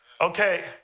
Okay